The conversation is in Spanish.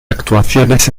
actuaciones